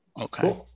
okay